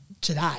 today